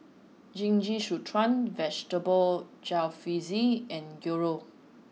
Jingisukan Vegetable Jalfrezi and Gyros